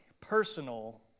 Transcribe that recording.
personal